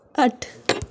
ਅੱਠ